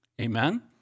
Amen